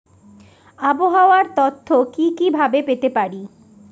আবহাওয়ার তথ্য কি কি ভাবে পেতে পারি?